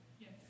Yes